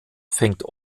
fängt